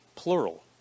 plural